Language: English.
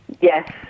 Yes